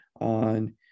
on